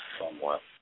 somewhat